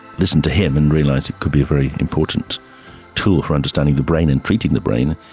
listened to him and realised it could be a very important tool for understanding the brain and treating the brain,